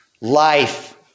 Life